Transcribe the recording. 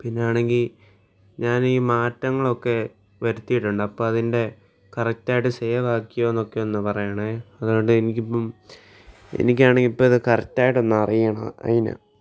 പിന്നെയാണെങ്കില് ഞാൻ ഈ മാറ്റങ്ങളൊക്കെ വരുത്തിയിട്ടുണ്ട് അപ്പോള് അതിൻ്റെ കറക്ട് ആയിട്ട് സേവ് ആക്കിയോന്നൊക്കെ ഒന്ന് പറയണേ അതുകൊണ്ട് എനിക്കിപ്പോള് എനിക്കാണെങ്കില് ഇപ്പോഴത് കറക്ട് ആയിട്ട് ഒന്നറിയണം അതിനാണ്